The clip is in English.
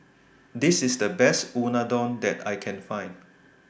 This IS The Best Unadon that I Can Find